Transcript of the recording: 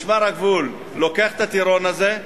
משמר הגבול לוקח את הטירון הזה,